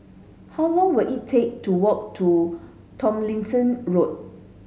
how long will it take to walk to Tomlinson Road